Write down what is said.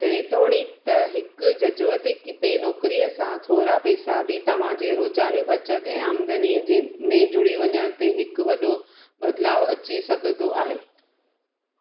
जेतोणीक त हिकु जुज़ुवक़िती नौकिरी सां थोरा पेेसा बि तव्हांजी रोज़ानी बचत ऐं आमदनी में जुड़ी वञण ते हिकु वडो॒ बदिलाउ अची सघंदो आहे